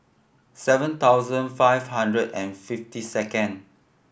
seven thousand five hundred and fifty second